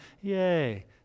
Yay